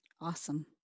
Awesome